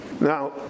Now